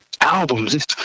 albums